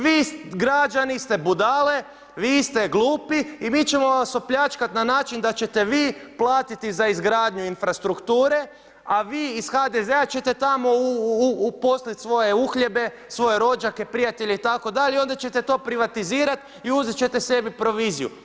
Vi građani ste budale, vi ste glupi i mi ćemo vas opljačkat na način da ćete vi platiti za izgradnju infrastrukture, a vi ih HDZ-a ćete tamo uposliti svoje uhljebe, svoje rođake, prijatelje itd. onda ćete to privatizirat i uzet ćete sebi proviziju.